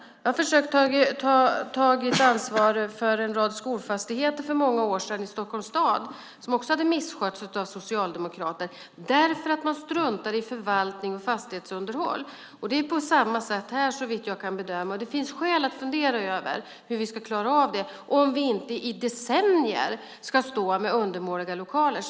Jag försökte ta ansvaret för en rad skolfastigheter i Stockholms stad för många år sedan som också hade misskötts av socialdemokrater, därför att man struntade i förvaltning och fastighetsunderhåll. Det är på samma sätt här, såvitt jag kan bedöma. Det finns skäl att fundera över hur vi ska klara av det, om vi inte i decennier ska stå med undermåliga lokaler.